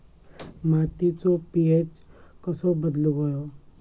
मातीचो पी.एच कसो बदलुक होयो?